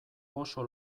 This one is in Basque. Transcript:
oso